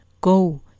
go